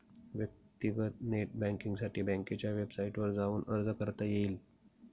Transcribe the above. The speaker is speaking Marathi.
व्यक्तीगत नेट बँकींगसाठी बँकेच्या वेबसाईटवर जाऊन अर्ज करता येईल